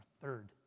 third